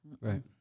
Right